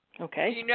Okay